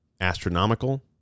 astronomical